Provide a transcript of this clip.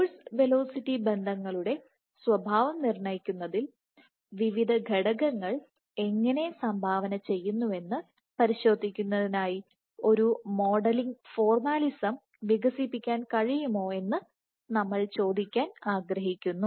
force velocity ബന്ധങ്ങളുടെ സ്വഭാവം നിർണയിക്കുന്നതിൽ വിവിധ ഘടകങ്ങൾ എങ്ങനെ സംഭാവന ചെയ്യുന്നുവെന്ന് പരിശോധിക്കുന്നതിനായി ഒരു മോഡലിംഗ് ഫോർമാലിസം വികസിപ്പിക്കാൻ കഴിയുമോ എന്ന് നമ്മൾ ചോദിക്കാൻ ആഗ്രഹിക്കുന്നു